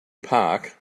park